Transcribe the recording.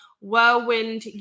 Whirlwind